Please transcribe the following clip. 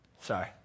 Sorry